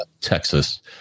Texas